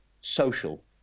social